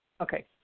Okay